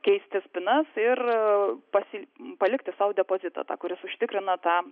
keisti spynas ir pasil palikti sau depozitą tą kuris užtikrina tą